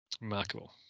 Remarkable